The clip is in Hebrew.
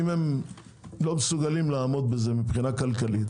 אם הם לא מסוגלים לעמוד בזה מבחינה כלכלית,